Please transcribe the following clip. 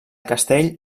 castell